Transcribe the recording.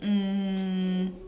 um